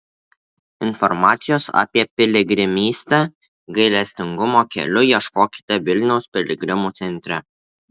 informacijos apie piligrimystę gailestingumo keliu ieškokite vilniaus piligrimų centre